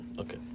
Okay